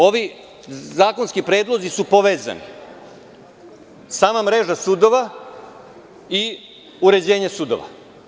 Ovi zakonski predlozi su povezani, sama mreža sudova i uređenje sudova.